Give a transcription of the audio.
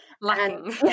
lacking